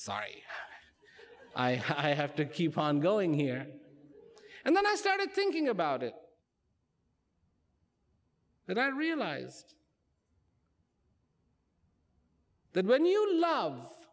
sorry i have to keep on going here and then i started thinking about it and i realized that when you love